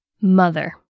mother